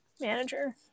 manager